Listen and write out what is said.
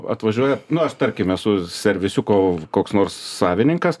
atvažiuoja nu aš tarkim esu servisiuko koks nors savininkas